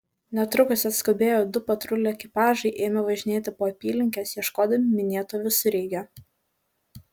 netrukus atskubėję du patrulių ekipažai ėmė važinėti po apylinkes ieškodami minėto visureigio